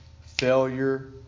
Failure